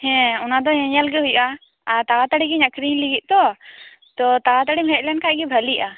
ᱦᱮᱸ ᱚᱱᱟ ᱫᱩ ᱧᱮᱧᱮᱞ ᱜᱮ ᱦᱩᱭᱩᱜᱼᱟ ᱟᱨ ᱛᱟᱲᱟᱛᱟᱲᱤ ᱜᱤᱧ ᱟᱹᱠᱷᱨᱤᱧ ᱞᱟᱹᱜᱤᱫ ᱛᱳ ᱛᱟᱲᱟᱛᱟᱲᱤ ᱜᱮᱢ ᱦᱮᱡ ᱞᱮᱱᱠᱷᱟᱱ ᱵᱷᱟᱹᱜᱤᱜᱼᱟ